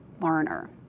Learner